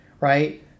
right